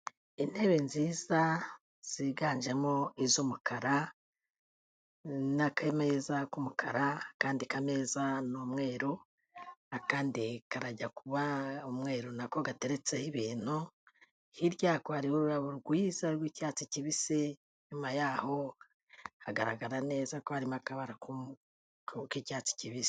Intebe nziza ziganjemo iz'umukara, n'akameza k'umukara, akandi kameza ni umweru, akandi karajya kuba umweru na ko gateretseho ibintu, hirya yako hariho ururabo rwiza rw'icyatsi kibisi, inyuma yaho hagaragara neza ko harimo akabara k'icyatsi kibisi.